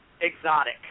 exotic